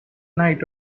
night